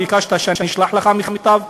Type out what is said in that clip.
ביקשת שאשלח לך מכתב.